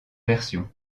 version